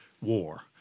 war